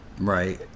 Right